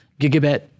gigabit